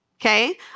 Okay